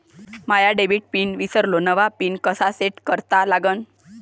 माया debit pin ईसरलो, नवा pin कसा सेट करा लागन?